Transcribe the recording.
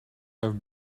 have